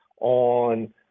on